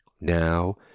Now